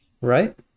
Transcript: right